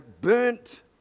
burnt